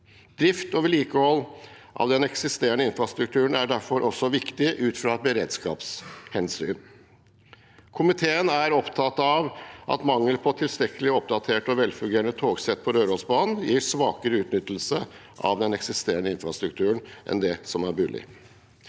Drift og vedlikehold av den eksisterende infrastrukturen er derfor også viktig ut fra et beredskapshensyn. Komiteen er opptatt av at mangelen på tilstrekkelig oppdaterte og velfungerende togsett på Rørosbanen gir svakere utnyttelse av den eksisterende infrastrukturen enn det som er mulig.